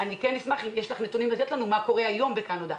אני אשמח אם יש לך נתונים לתת לנו מה קורה היום בקנדה?